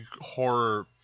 horror